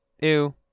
Ew